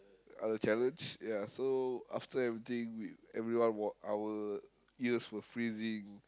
other challenge ya so after everything we everyone wore our ears were freezing